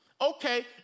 Okay